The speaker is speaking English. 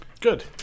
Good